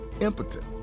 impotent